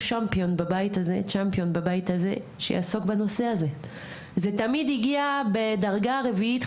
צ'מפיון בבית הזה שיעסוק בנושא הזה זה תמיד הגיע בדרגה רביעית,